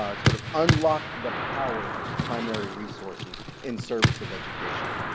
ah sort of unlocked the power of primary resources in service of education.